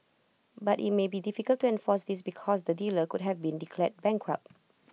but IT may be difficult to enforce this because the dealer could have been declared bankrupt